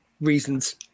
reasons